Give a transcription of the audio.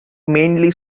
mainly